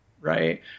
right